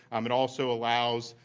um it also allows,